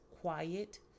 quiet